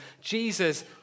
Jesus